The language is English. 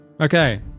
Okay